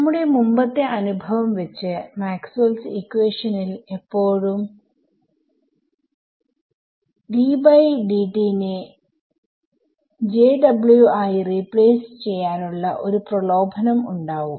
നമ്മുടെ മുമ്പത്തെ അനുഭവം വെച്ച് മാക്സ്വെൽസ് ഇക്വേഷനിൽ Maxwells equation എപ്പോഴും നെ ആയി റീപ്ലേസ് ചെയ്യാനുള്ള ഒരു പ്രലോഭനം ഉണ്ടാവും